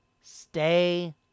stay